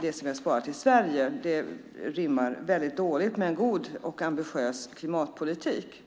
det som är sparat i Sverige. Det rimmar illa med en god och ambitiös klimatpolitik.